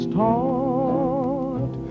Start